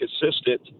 consistent